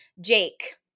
Jake